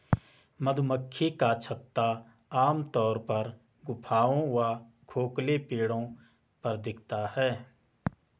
मधुमक्खी का छत्ता आमतौर पर गुफाओं व खोखले पेड़ों पर दिखता है